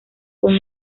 con